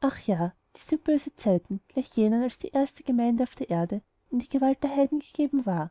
ach ja dies sind böse zeiten gleich jenen als die erste gemeinde auf der erde in die gewalt der heiden gegeben war